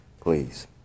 please